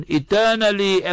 eternally